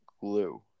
glue